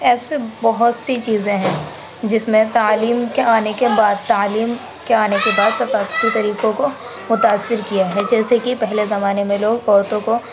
ایسی بہت سی چیزیں ہیں جس میں تعلیم کے آنے کے بعد تعلیم آنے کے بعد ثقافتی طریقوں کو متاثر کیا ہے جیسے کہ پہلے زمانے میں لوگ عورتوں کو